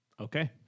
Okay